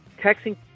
texting